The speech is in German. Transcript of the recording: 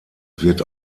wird